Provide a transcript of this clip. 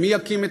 נכון.